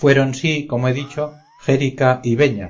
fueron sí como he dicho xérica y beña